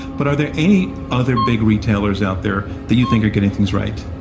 but are there any other big retailers out there that you think are getting things right?